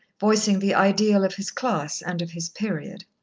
voicing the ideal of his class and of his period.